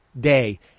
day